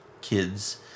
kids